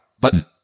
Button